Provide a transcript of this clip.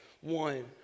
One